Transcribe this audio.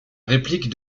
réplique